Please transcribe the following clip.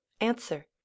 Answer